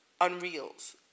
unreals